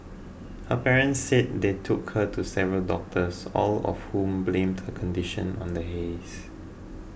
her parents said they took her to several doctors all of whom blamed her condition on the haze